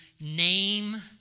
name